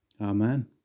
Amen